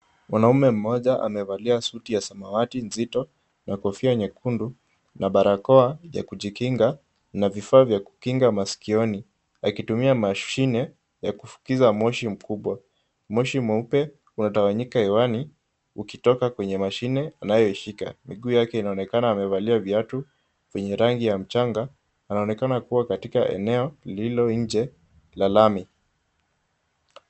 Mwanamume mmoja amevalia suti ya samawati nzito na kofia nyekundu na barakoa ya kujikinga na vifaa vya kukinga masikioni. Akitumia mashine ya kufukiza moshi mkubwa . Moshi mweupe unatawanyika hewani ukitoka kwenye mashine anayoishika. Miguu yake inaonekana amevalia viatu vyenye rangi ya mchanga. Anaonekana kuwa katika eneo lililo nje la lami.